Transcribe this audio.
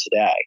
today